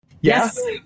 Yes